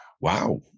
wow